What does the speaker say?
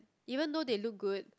even though they look good